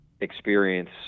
experience